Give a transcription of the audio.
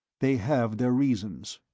they have their reasons.